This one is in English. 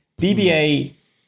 bba